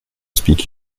speak